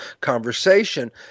conversation